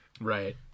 right